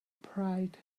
pride